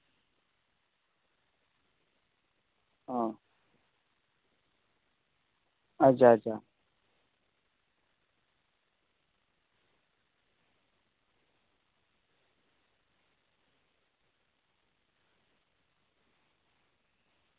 ᱚᱸᱻ ᱟᱪᱪᱷᱟᱼᱟᱪᱪᱷᱟ